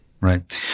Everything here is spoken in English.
Right